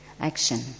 action